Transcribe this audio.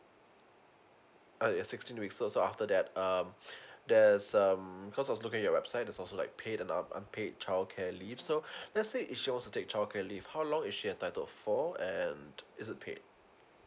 uh ya sixteen weeks also after that um there's um because I was looking at your website there's also like paid um unpaid childcare leave so let's say if she wants to take childcare leave how long is she entitled for and um it's a paid